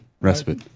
respite